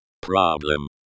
problem